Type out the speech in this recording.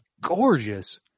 gorgeous